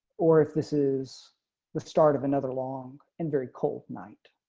or if this is the start of another long and very cold night.